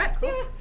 ah cool.